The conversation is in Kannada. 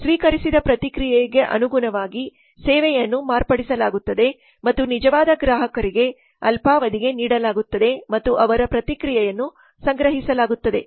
ಸ್ವೀಕರಿಸಿದ ಪ್ರತಿಕ್ರಿಯೆಗೆ ಅನುಗುಣವಾಗಿ ಸೇವೆಯನ್ನು ಮಾರ್ಪಡಿಸಲಾಗುತ್ತದೆ ಮತ್ತು ನಿಜವಾದ ಗ್ರಾಹಕರಿಗೆ ಅಲ್ಪಾವಧಿಗೆ ನೀಡಲಾಗುತ್ತದೆ ಮತ್ತು ಅವರ ಪ್ರತಿಕ್ರಿಯೆಯನ್ನು ಸಂಗ್ರಹಿಸಲಾಗುತ್ತದೆ